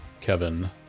Kevin